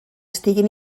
estiguin